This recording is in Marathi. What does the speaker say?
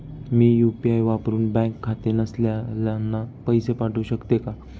मी यू.पी.आय वापरुन बँक खाते नसलेल्यांना पैसे पाठवू शकते का?